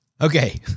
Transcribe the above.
Okay